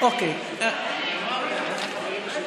את הנושא